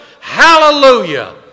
Hallelujah